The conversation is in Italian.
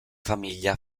famiglia